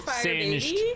singed